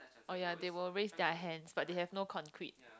oh ya they will raise their hand but they have no concrete